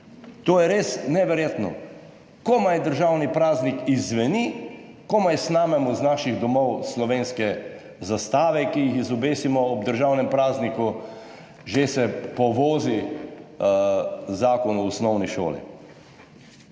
To je res neverjetno. Komaj državni praznik izzveni, komaj snamemo iz naših domov slovenske zastave, ki jih izobesimo ob državnem prazniku, že se povozi Zakon o osnovni šoli.